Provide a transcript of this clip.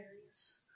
areas